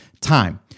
Time